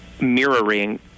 mirroring